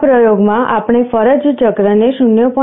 આ પ્રોગ્રામમાં આપણે ફરજ ચક્રને 0